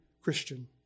Christian